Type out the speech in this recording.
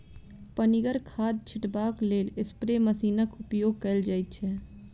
पनिगर खाद छीटबाक लेल स्प्रे मशीनक उपयोग कयल जाइत छै